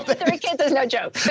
but three kids is no joke.